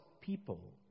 people